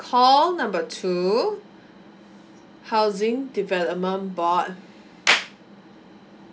call number two housing development board